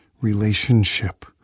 relationship